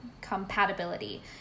compatibility